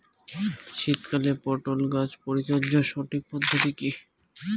শীতকালে পটল গাছ পরিচর্যার সঠিক পদ্ধতি কী?